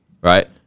Right